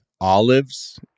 olives